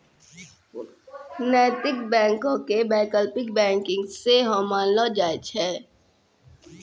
नैतिक बैंको के वैकल्पिक बैंकिंग सेहो मानलो जाय छै